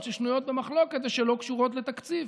ששנויות במחלוקת ושלא קשורות לתקציב.